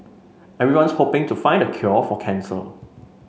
everyone's hoping to find the cure for cancer